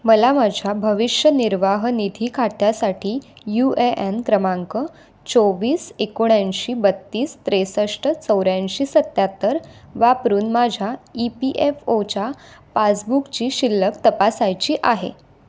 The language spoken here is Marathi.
मला माझ्या भविष्य निर्वाह निधी खात्यासाठी यू ए एन क्रमांक चोवीस एकोणऐंशी बत्तीस त्रेसष्ट चौऱ्याऐंशी सत्त्याहत्तर वापरून माझ्या ई पी एफ ओच्या पासबुकची शिल्लक तपासायची आहे